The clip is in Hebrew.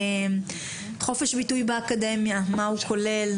חופש ביטוי באקדמיה מה הוא כולל,